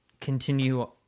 continue